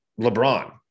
LeBron